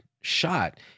shot